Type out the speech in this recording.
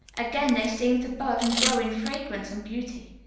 again they seemed to bud and grow in fragrance and beauty.